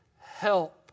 help